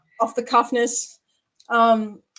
off-the-cuffness